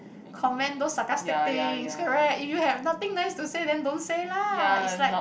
comment those sarcastic things correct if you have nothing nice to say then don't say lah is like